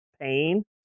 pain